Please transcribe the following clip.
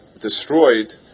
destroyed